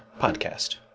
podcast